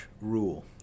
rule